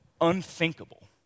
unthinkable